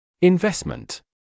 Investment